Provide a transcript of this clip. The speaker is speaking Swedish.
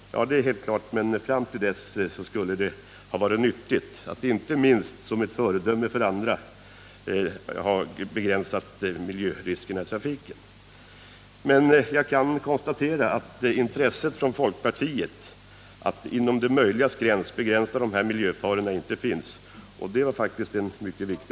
Ja, det är väl helt klart att det är, men under tiden skulle det ha varit nyttigt, inte minst som ett föredöme för andra, att begränsa miljöriskerna i trafiken. Men jag kan konstatera att intresset för att inom det möjligas ram begränsa de här miljöfarorna inte finns hos folkpartiet, och det är faktiskt en mycket viktig